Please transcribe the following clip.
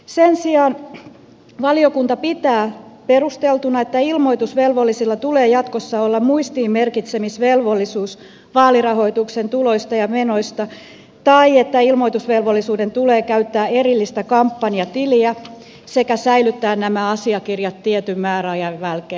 sen sijaan valiokunta pitää perusteltuna että ilmoitusvelvollisilla tulee jatkossa olla muistiinmerkitsemisvelvollisuus vaalirahoituksen tuloista ja menoista tai että ilmoitusvelvollisen tulee käyttää erillistä kampanjatiliä sekä säilyttää nämä asiakirjat tietyn määräajan jälkeen